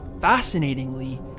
fascinatingly